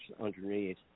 underneath